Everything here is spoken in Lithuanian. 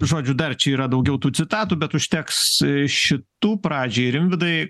žodžiu dar čia yra daugiau tų citatų bet užteks šitų pradžiai rimvydai